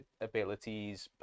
abilities